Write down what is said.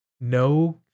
No